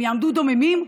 הם יעמדו דוממים,